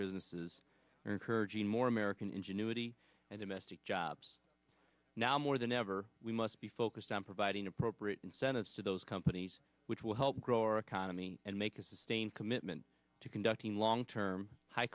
businesses and encouraging more american ingenuity and invested jobs now more than ever we must be focused on providing appropriate incentives to those companies which will help grow our economy and make a sustained commitment to conducting long term high